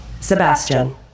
Sebastian